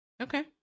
Okay